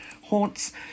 haunts